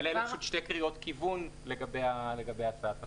אלה שתי קריאות כיוון לגבי הצעת החוק.